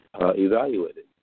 evaluated